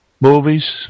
movies